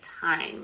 time